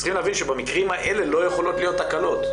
צריכים להבין שבמקרים האלה לא יכולים להיות תקלות.